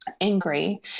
angry